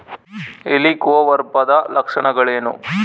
ಹೆಲಿಕೋವರ್ಪದ ಲಕ್ಷಣಗಳೇನು?